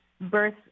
birth